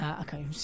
Okay